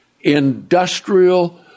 industrial